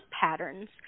patterns